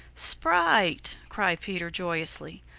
sprite! cried peter joyously.